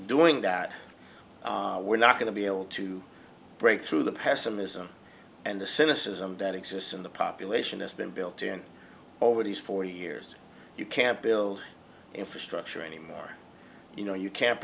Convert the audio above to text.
doing that we're not going to be able to break through the pessimism and the cynicism that exists in the population has been built in over these forty years you can't build infrastructure anymore you know you can't